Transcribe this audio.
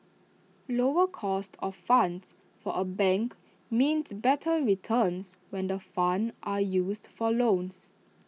lower cost of funds for A bank means better returns when the funds are used for loans